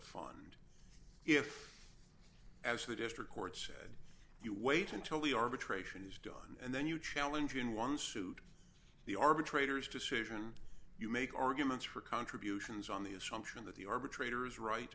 fund if as the district court said you wait until the arbitration is done and then you challenge in one suit the arbitrator's decision you make arguments for contributions on the assumption that the arbitrator is right